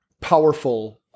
powerful